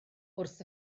wrth